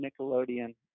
Nickelodeon